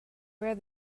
where